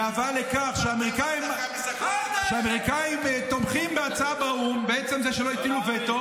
בהבאה לכך שהאמריקאים תומכים בהצעה באו"ם בעצם זה שלא הטילו וטו